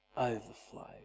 Overflow